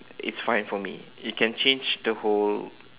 it's fine for me it can change the whole